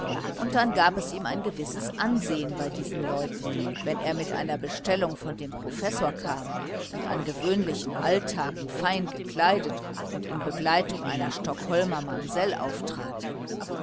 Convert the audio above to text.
und dann gab es ihm ein gewisses ansehen bei diesen leuten wenn er mit einer bestellung von dem professor kam und an gewöhnlichen alltagen fein gekleidet und in begleitung einer stockholmer mamsell auftrat